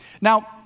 Now